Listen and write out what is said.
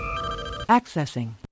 Accessing